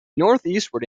northeastward